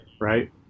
Right